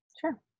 Sure